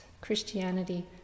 Christianity